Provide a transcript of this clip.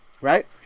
Right